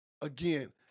again